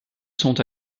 sont